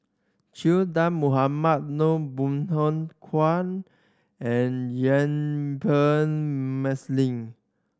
Che Dah Mohamed Noor Bong Hiong Hwa and Yuen Peng